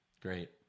Great